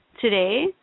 today